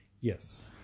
Yes